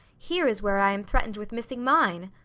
here is where i am threatened with missing mine.